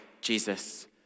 Jesus